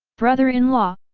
brother-in-law,